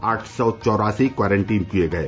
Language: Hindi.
आठ सौ चौरासी क्वारंटीन किये गये